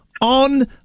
on